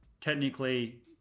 technically